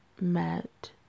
met